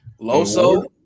Loso